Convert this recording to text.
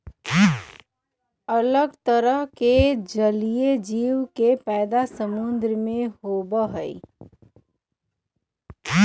अलग तरह के जलीय जीव के पैदा समुद्र में होबा हई